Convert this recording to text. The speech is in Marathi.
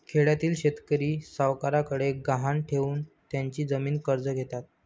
खेड्यातील शेतकरी सावकारांकडे गहाण ठेवून त्यांची जमीन कर्ज घेतात